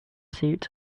suit